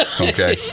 okay